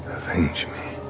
avenge